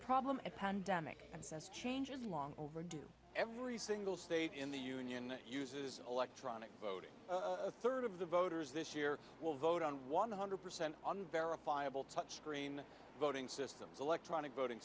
says change is long overdue every single state in the union uses electronic voting third of the voters this year will vote on one hundred percent on verifiable touch screen voting systems electronic voting